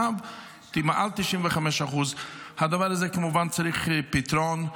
מעל 95%. הדבר הזה כמובן צריך פתרון,